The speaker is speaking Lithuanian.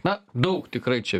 na daug tikrai čia